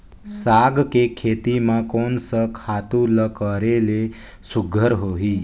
साग के खेती म कोन स खातु ल करेले सुघ्घर होही?